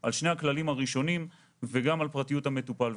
על שני הכללים הראשונים וגם על פרטיות המטופל.